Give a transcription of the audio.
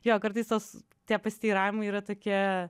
jo kartais tas tie pasiteiravimai yra tokie